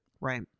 right